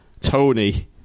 Tony